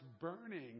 burning